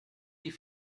die